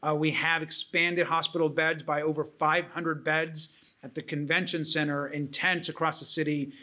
ah we have expanded hospital beds by over five hundred beds at the convention center, in tents across the city,